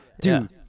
Dude